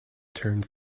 turns